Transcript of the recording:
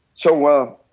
so, well,